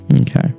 Okay